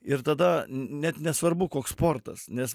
ir tada net nesvarbu koks sportas nes